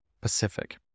Pacific